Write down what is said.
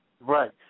Right